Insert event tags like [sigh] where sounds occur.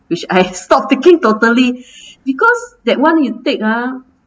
which I [laughs] stopped taking totally because that one you take ah